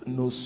no